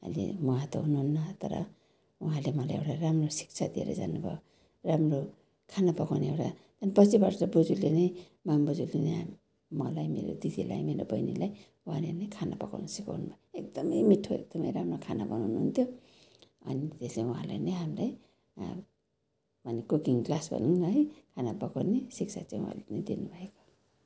अहिले उहाँ त हुनुहुन्न तर उहाँले मलाई एउटा राम्रो शिक्षा दिएर जानुभयो राम्रो खाना पकाउने एउटा अनि पछिबाट चाहिँ बोजूले नै माम बोजूले नै हाम् मलाई मेरो दिदीलाई मेरो बहिनीलाई उहाँले नै खाना पकाउनु सिकाउनुभयो एकदमै मिठो एकदमै राम्रो खाना बनाउनुहुन्थ्यो अनि त्यसैले उहाँले नै हामीलाई माने कुकिङ क्लास भनौँ न है खाना पकाउने शिक्षा चाहिँ उहाँले नै दिनु भएको